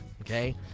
okay